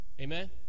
Amen